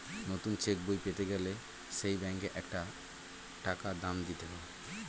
নতুন চেক বই পেতে গেলে সেই ব্যাংকে একটা টাকা দাম দিতে হয়